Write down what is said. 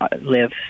live